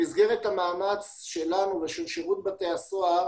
במסגרת המאמץ שלנו ושל שירות בתי הסוהר